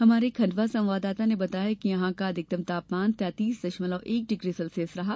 हमारे खण्डवा संवाददाता ने बताया है कि यहां का अधिकतम तापमान तैंतालीस दशमलव एक डिग्री सेल्सियस रहा